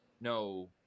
no